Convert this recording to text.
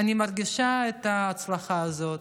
אני מרגישה את ההצלחה הזאת,